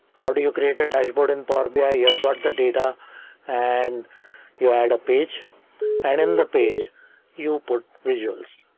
how do you create a dashboard in power but bi? ah you've got the data and you add a page and in the page you put visuals.